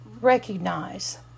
recognize